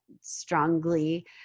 strongly